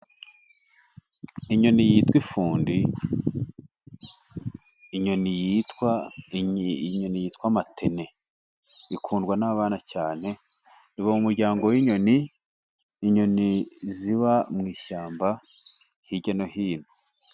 Inyoni yitwa ifundi, inyoni yitwa matene ikundwa n'abana cyane .Ziba mu muryango w'inyoni. Inyoni ziba mu mashyamba hirya no hino.